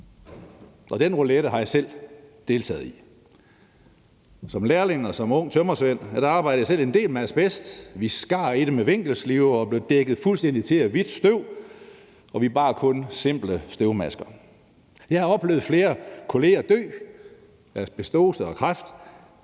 Den roulette har jeg selv deltaget i. Som lærling og som ung tømrersvend arbejdede jeg selv en del med asbest. Vi skar i det med vinkelsliber og blev dækket fuldstændig til af hvidt støv, og vi bar kun simple støvmasker. Jeg har oplevet flere kolleger dø af asbestose og kræft.